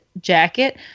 jacket